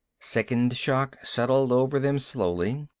sickened shock settled over them slowly.